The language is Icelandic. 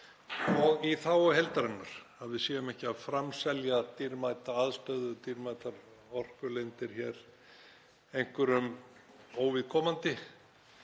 og í þágu heildarinnar, að við séum ekki að framselja dýrmæta aðstöðu, dýrmætar orkulindir hér einhverjum óviðkomandi,